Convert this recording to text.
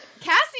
cassie